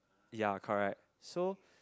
ya correct so